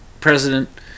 president